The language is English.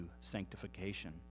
sanctification